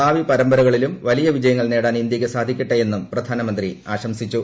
ഭാവി പരമ്പരകളിലും വലിയ വിജയങ്ങൾ നേടാൻ ഇന്ത്യയ്ക്ക് സാധിക്കട്ടെയെന്നും പ്രധാനമന്ത്രി ആശംസിച്ചു